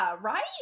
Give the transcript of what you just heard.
right